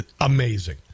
amazing